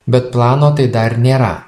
bet plano tai dar nėra